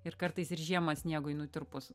ir kartais ir žiemą sniegui nutirpus